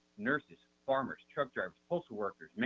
nurses, farmers, truck drivers, postal workers,